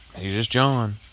he's just john.